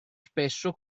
spesso